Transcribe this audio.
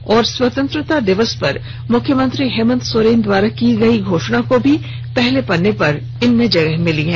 वहीं स्वतंत्रता दिवस पर मुख्यमंत्री हेमंत सोरेन द्वारा की गई घोषणा को भी पहले पन्ने पर जगह दी है